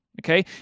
Okay